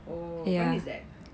oh when is that